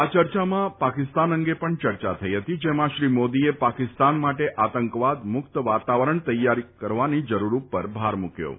આ ચર્ચામાં પાકિસ્તાન અંગે પણ ચર્ચા થઈ ફતી જેમાં શ્રી મોદીએ પાકિસ્તાન માટે આતંકવાદ મુક્ત વાતાવરણ તૈયાર કરવાની જરૂર ઉપર ભાર મૂક્યો ફતો